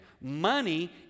money